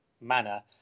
manner